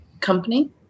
company